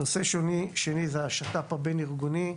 נושא שני הוא השת"פ הבין-ארגוני.